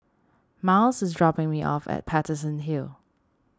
Myles is dropping me off at Paterson Hill